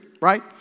right